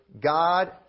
God